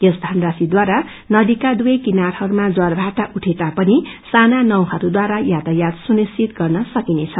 यस धनराशिव्वारा नदीका दुवै किनारहरूमा जवारभाटा उठेता पनि साना नावहरूद्वारा यातायात सुनिश्ति गर्न सकिनेछ